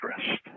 stressed